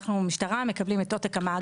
אנחנו במשטרה מקבלים את עותק המאגר.